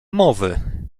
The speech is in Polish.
mowy